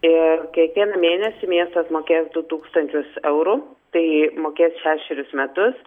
ir kiekvieną mėnesį miestas mokės du tūkstančius eurų tai mokės šešerius metus